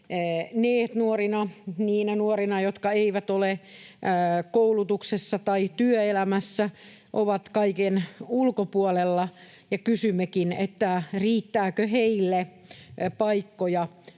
nuoriksi, jotka eivät ole koulutuksessa tai työelämässä, ovat kaiken ulkopuolella, ja kysymmekin, riittääkö heille paikkoja,